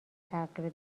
تغییر